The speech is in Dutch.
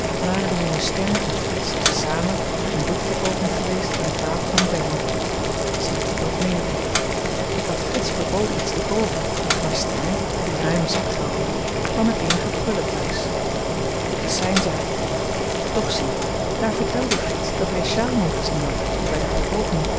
waren de jonge stern en frits te zamen op een boekverkooping geweest in het wapen van bern ik had frits verboden iets te koopen maar stern die ruim zakgeld heeft kwam met eenige prullen t'huis dit is zyn zaak doch zie daar vertelde frits dat hy sjaalman gezien had die by de verkooping